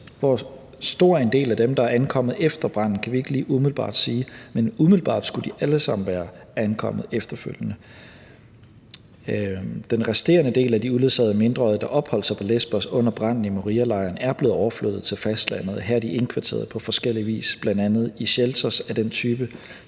Hvor stor en del af dem, der er ankommet efter branden, kan vi ikke lige umiddelbart sige, men umiddelbart skulle de alle sammen være ankommet efterfølgende. Den resterende del af de uledsagede mindreårige, der opholdt sig på Lesbos under branden i Morialejren, er blevet overflyttet til fastlandet. Her er de indkvarteret på forskellig vis, bl.a. i shelters af den type,